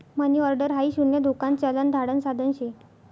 मनी order हाई शून्य धोकान चलन धाडण साधन शे